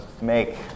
make